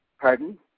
Pardon